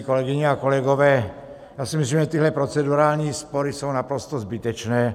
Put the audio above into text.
Kolegyně a kolegové, já si myslím, že tyhle procedurální spory jsou naprosto zbytečné.